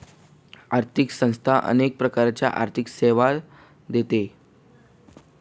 आर्थिक संस्था अनेक प्रकारना आर्थिक सेवा देतस